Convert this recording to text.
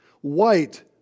white